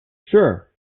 sure